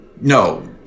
no